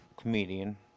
comedian